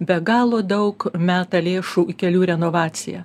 be galo daug meta lėšų į kelių renovaciją